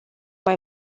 mai